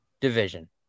division